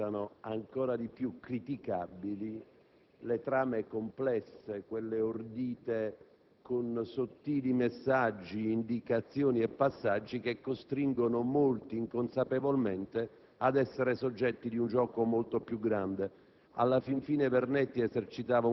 signor Presidente, restano ancora più criticabili le trame complesse, quelle ordite con sottili messaggi, indicazioni e passaggi che costringono molti, inconsapevolmente, ad essere soggetti di un gioco molto più grande.